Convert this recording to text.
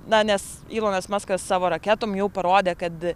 na nes ylonas maskas savo raketom jau parodė kad